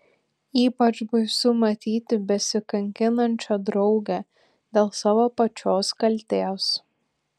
ypač baisu matyti besikankinančią draugę dėl savo pačios kaltės